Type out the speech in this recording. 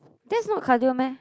that's not cardio meh